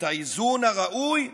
את האיזון הראוי,